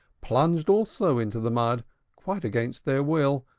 plunged also into the mud quite against their will,